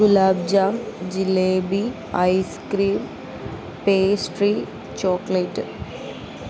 gulab jamun jalebi ice cream pastry chocolate